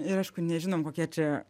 ir aišku nežinom kokie čia